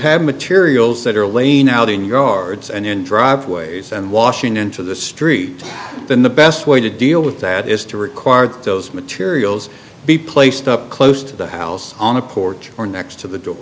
have materials that are laying out in yards and in driveways and washing into the street then the best way to deal with that is to require that those materials be placed up close to the house on a porch or next to the door